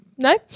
No